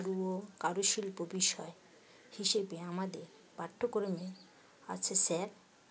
গুরু কারুশিল্প বিষয় হিসেবে আমাদের পাঠ্যক্রমে আছে স্যার